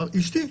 אשתי,